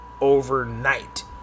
overnight